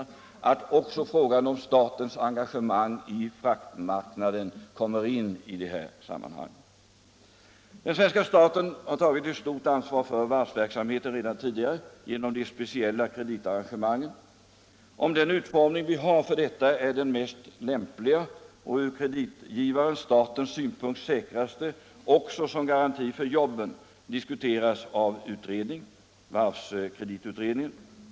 I detta sammanhang kommer också frågan om statens engagemang på fraktmarknaden in i bilden. Den svenska staten har redan tidigare tagit ett stort ansvar för varvsverksamheten genom de speciella kreditarrangemangen. Om den utformning som vi har härför är den mest lämpliga och från kreditgivaren-statens synpunkt den säkraste också som garanti för jobben diskuteras av varvskreditutredningen.